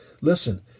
Listen